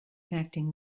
connecting